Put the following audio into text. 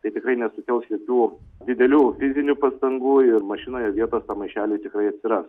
tai tikrai nesukels jokių didelių fizinių pastangų ir mašinoje vietos tam maišeliui tikrai atsiras